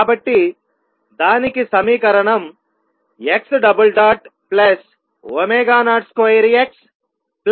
కాబట్టి దానికి సమీకరణం x02xβx20